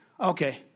Okay